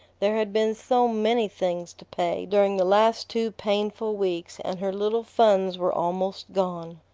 there had been so many things to pay during the last two painful weeks, and her little funds were almost gone.